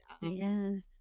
Yes